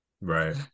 Right